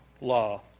law